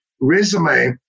resume